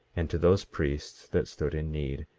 and to those priests that stood in need,